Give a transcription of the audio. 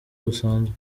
rusanzwe